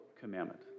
commandment